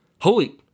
holy